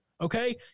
okay